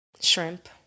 Shrimp